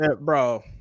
bro